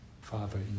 Father